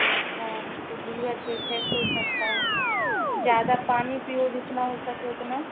अच्छा तो लिवर पे फेट हो सकता है ज़्यादा पानी पीओ जितना हो सके उतना